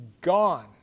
gone